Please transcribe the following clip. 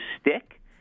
stick